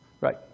Right